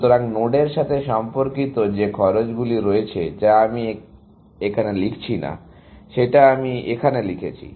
সুতরাং নোডের সাথে সম্পর্কিত এই খরচগুলি রয়েছে যা আমি ওখানে লিখছি না সেটা আমি এখানে লিখছি